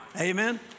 Amen